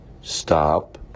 Stop